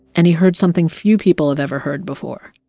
and he heard something few people have ever heard before